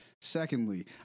Secondly